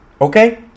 Okay